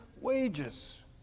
wages